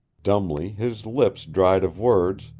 dumbly, his lips dried of words,